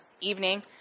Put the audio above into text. evening